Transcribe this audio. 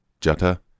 Jutta